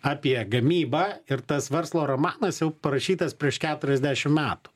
apie gamybą ir tas verslo romanas jau parašytas prieš keturiasdešim metų